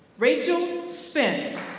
rachel spence.